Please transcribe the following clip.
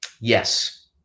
yes